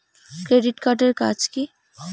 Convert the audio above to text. Credit card এর কাজ কি?